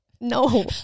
No